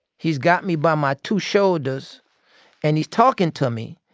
he's got me by my two shoulders and he's talking to me,